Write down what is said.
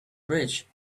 bridge